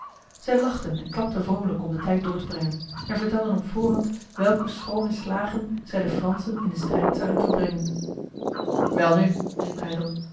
zij lachten en klapten vrolijk om de tijd door te brengen en vertelden op voorhand welke schone slagen zij de fransen in de strijd zouden toebrengen welnu